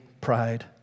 Pride